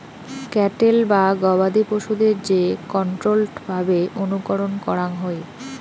cattle বা গবাদি পশুদের যে কন্ট্রোল্ড ভাবে অনুকরণ করাঙ হই